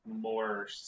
more